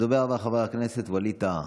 הדובר הבא, חבר הכנסת ווליד טאהא,